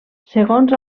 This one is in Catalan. segons